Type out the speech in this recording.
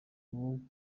ubwo